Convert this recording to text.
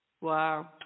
Wow